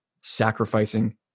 sacrificing